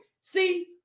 See